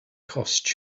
costs